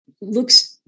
looks